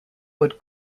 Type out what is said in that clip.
but